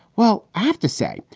well, i have to say,